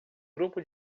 grupo